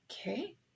Okay